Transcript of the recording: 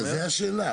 זו השאלה.